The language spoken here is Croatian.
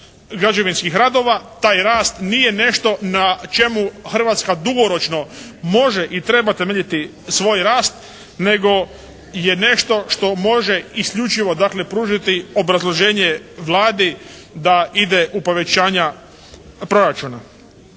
građevinskih radova, taj rast nije nešto na čemu Hrvatska dugoročno može i treba temeljiti svoj rast nego je nešto što može isključivo dakle pružiti obrazloženje Vladi da ide u povećanja proračuna.